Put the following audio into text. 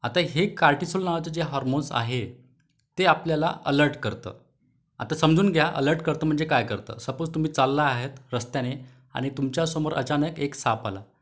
आता हे कार्टीसोल नावाचं जे हार्मोन्स आहे ते आपल्याला अलर्ट करतं आता समजून घ्या अलर्ट करतं म्हणजे काय करतं सपोज तुम्ही चालला आहेत रस्त्याने आणि तुमच्यासमोर अचानक एक साप आला